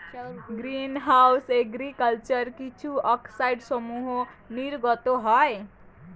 green house agriculture কিছু অক্সাইডসমূহ নির্গত হয়